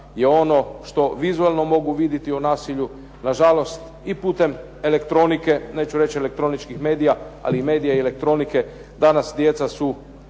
je ono što vizualno mogu vidjeti u nasilju, na žalost i putem elektronike, neću reći elektroničkih medija, ali medija i elektronike, danas djeca su